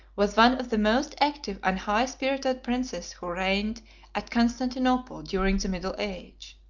was one of the most active and high-spirited princes who reigned at constantinople during the middle age.